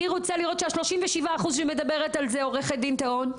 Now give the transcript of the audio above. אני רוצה לראות שה 37% שמדברת על זה עו"ד טהון,